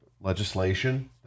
legislation